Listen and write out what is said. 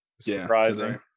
Surprising